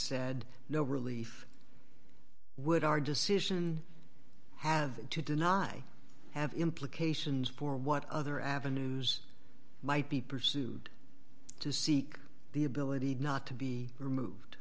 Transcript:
said no relief would our decision have to do not have implications for what other avenues might be pursued to seek the ability not to be removed